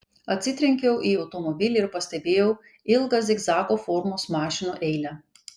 atsitrenkiau į automobilį ir pastebėjau ilgą zigzago formos mašinų eilę